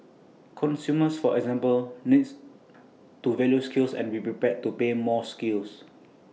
consumers for example need to value skills and be prepared to pay more for skills